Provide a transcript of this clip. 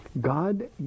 God